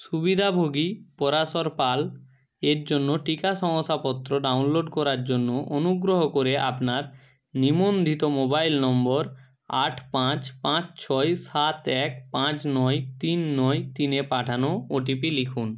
সুবিধাভোগী পরাশর পাল এর জন্য টিকা শংসাপত্র ডাউনলোড করার জন্য অনুগ্রহ করে আপনার নিবন্ধিত মোবাইল নম্বর আট পাঁচ পাঁচ ছয় সাত এক পাঁচ নয় তিন নয় তিনে পাঠানো ওটিপি লিখুন